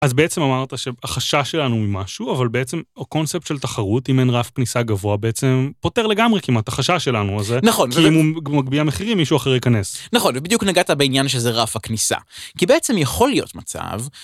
אז בעצם אמרת שהחשש שלנו ממשהו, אבל בעצם הקונספט של תחרות אם אין רף כניסה גבוה בעצם פותר לגמרי כמעט את החשש שלנו הזה. נכון. כי אם הוא מגביה מחירים מישהו אחר ייכנס. נכון ובדיוק נגעת בעניין שזה רף הכניסה, כי בעצם יכול להיות מצב.